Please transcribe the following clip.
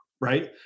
right